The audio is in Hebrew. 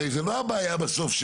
בכלל לא יהיו היטלי השבחה.